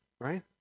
right